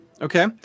Okay